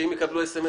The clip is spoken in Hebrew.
שאם יקבלו SMS,